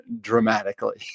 dramatically